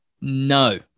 No